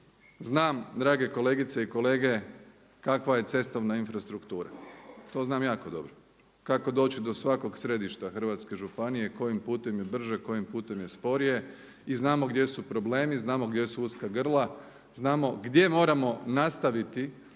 Znam drage kolegice i kolege kakva je cestovna infrastruktura, to znam jako dobro, kako doći do svakog središta hrvatske županije, kojim putem je brže, kojim putem je sporije. I znamo gdje su problemi, znamo gdje su uska grla, znamo gdje moramo nastaviti